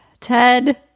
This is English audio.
Ted